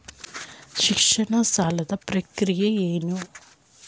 ಶಿಕ್ಷಣ ಸಾಲದ ಪ್ರಕ್ರಿಯೆ ಏನು?